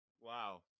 Wow